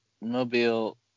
Mobile